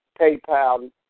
PayPal